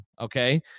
Okay